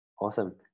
Awesome